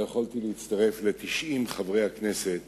לא יכולתי להצטרף ל-90 חברי הכנסת